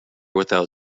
without